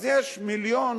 אז יש מיליון